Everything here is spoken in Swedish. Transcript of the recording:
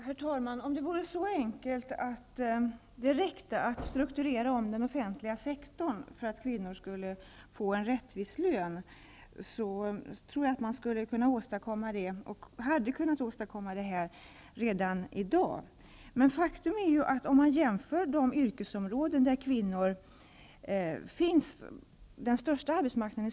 Herr talman! Om det vore så enkelt att det räckte att strukturera om den offentliga sektorn för att kvinnor skulle få en rättvis lön tror jag att man hade kunnat åstadkomma det redan i dag.